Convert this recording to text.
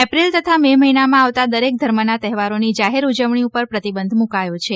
April તથા May મહિનામાં આવતા દરેક ધર્મના તહેવારોની જાહેર ઉજવણી પર પ્રતિબંધ મુકાયો છે